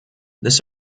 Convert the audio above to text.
this